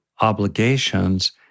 obligations